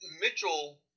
Mitchell